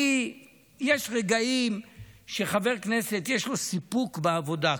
יש רגעים שחבר כנסת, יש לו סיפוק בעבודה כאן.